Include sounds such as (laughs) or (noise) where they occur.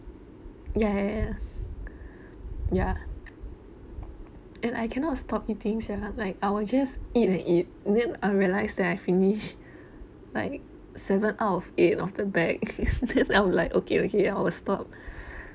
ya ya ya ya (breath) ya and I cannot stop eating sia like I will just eat and eat and then I realised that I finished like seven out of eight of the bag (laughs) then (laughs) i'm would like okay okay I will stop (breath)